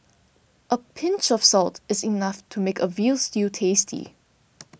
a pinch of salt is enough to make a Veal Stew tasty